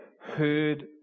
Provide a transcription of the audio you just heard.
heard